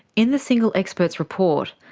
in the single expert's report,